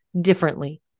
differently